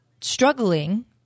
struggling